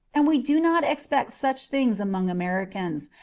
and we do not expect such things among americans,